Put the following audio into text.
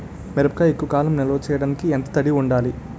మిరపకాయ ఎక్కువ కాలం నిల్వ చేయటానికి ఎంత తడి ఉండాలి?